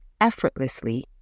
effortlessly